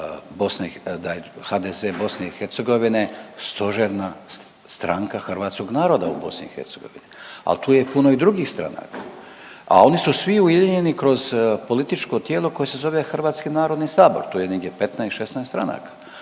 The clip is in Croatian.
da je HDZ BiH stožerna stranka hrvatskog naroda u BiH, al tu je puno i drugih stranaka, a oni su svi ujedinjeni kroz političko tijelo koje se zove Hrvatski narodni sabor, to je negdje 15, 16 stranaka.